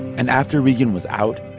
and after regan was out.